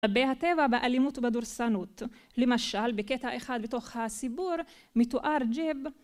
לגבי הטבע באלימות ובדורסנות. למשל בקטע אחד בתוך הסיפור מתואר ג'יב